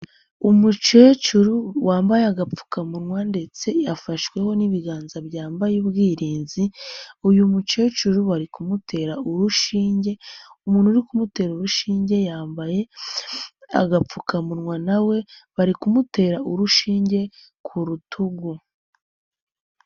Umukecuru wambaye agapfukamunwa ndetse afashweho n'ibiganza byambaye ubwirinzi, uyu mukecuru bari kumutera urushinge, umuntu uri kumutera urushinge yambaye agapfukamunwa nawe we, bari kumutera urushinge ku rutugu.